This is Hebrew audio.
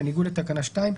בניגוד לתקנה 2,